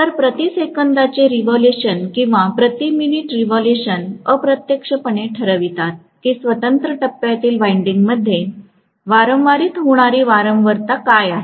तर प्रति सेकंदाचे रेव्होल्यूशन किंवा प्रति मिनिट रेव्होल्यूशन अप्रत्यक्षपणे ठरवितात की स्वतंत्र टप्प्यातील विंडिंगमध्ये वारंवारित होणारी वारंवारता काय आहे